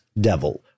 Devil